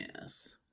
Yes